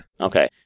Okay